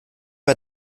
bei